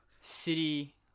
City